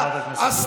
הפיגוע?